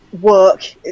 work